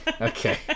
okay